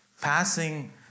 passing